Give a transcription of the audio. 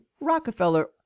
Rockefeller